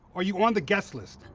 are you on the guest list?